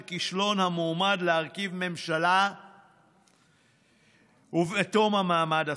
כישלון המועמד להרכיב ממשלה בתום המועד החוקי,